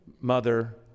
mother